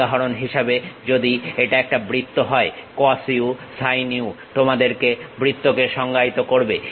উদাহরণ হিসেবে যদি এটা একটা বৃত্ত হয় cos u sin u তোমাদের বৃত্তকে সংজ্ঞায়িত করবে